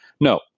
No